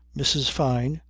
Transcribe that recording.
mrs. fyne,